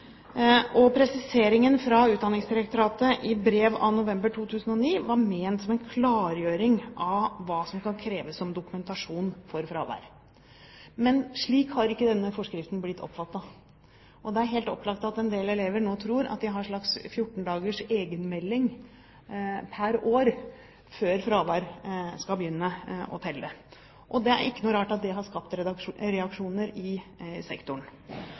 Presiseringen fra Utdanningsdirektoratet i brev av november 2009 var ment som en klargjøring av hva som kan kreves som dokumentasjon for fravær. Men slik har ikke denne forskriften blitt oppfattet, og det er helt opplagt at en del elever nå tror at de kan ha en slags egenmelding på 14 dager pr. år før fravær skal begynne å telle. Det er ikke noe rart at det har skapt reaksjoner i sektoren.